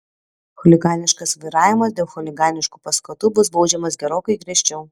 chuliganiškas vairavimas dėl chuliganiškų paskatų bus baudžiamas gerokai griežčiau